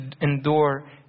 endure